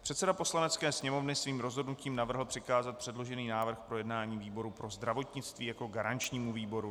Předseda Poslanecké sněmovny svým rozhodnutím navrhl přikázat předložený návrh k projednání výboru pro zdravotnictví jako garančnímu výboru.